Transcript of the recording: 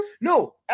No